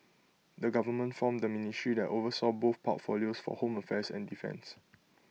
the government formed A ministry that oversaw both portfolios for home affairs and defence